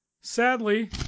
sadly